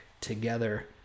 together